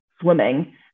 swimming